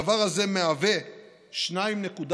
הדבר הזה מהווה 2.53%,